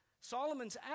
Solomon's